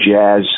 jazz